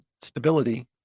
stability